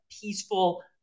peaceful